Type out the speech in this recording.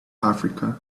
africa